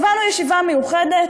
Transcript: קבענו ישיבה מיוחדת.